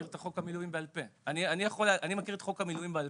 אני מכיר בעל פה את חוק המילואים.